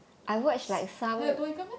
还有多一个 meh